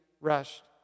rushed